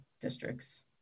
districts